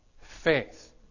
faith